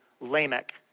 Lamech